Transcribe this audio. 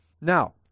Now